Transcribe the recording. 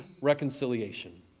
reconciliation